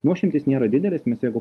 nuošimtys nėra didelės mes jeigu